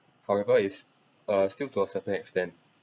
however it's uh still to a certain extent